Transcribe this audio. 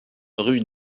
rue